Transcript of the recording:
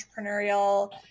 entrepreneurial